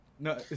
no